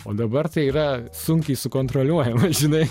o dabar tai yra sunkiai sukontroliuojama žinai